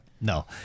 no